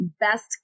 best